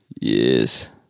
Yes